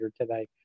today